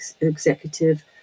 executive